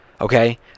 okay